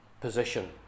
position